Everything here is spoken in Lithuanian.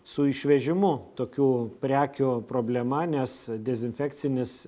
su išvežimu tokių prekių problema nes dezinfekcinis